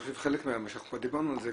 אנחנו כבר דיברנו על זה,